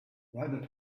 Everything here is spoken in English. write